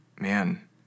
man